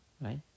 right